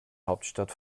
hauptstadt